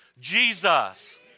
Jesus